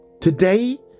Today